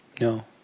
No